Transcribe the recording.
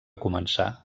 començar